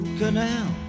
canal